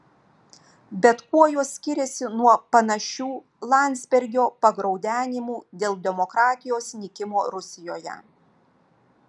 bet kuo jos skiriasi nuo panašių landsbergio pagraudenimų dėl demokratijos nykimo rusijoje